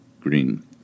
Green